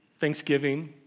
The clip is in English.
Thanksgiving